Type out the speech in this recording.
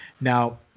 Now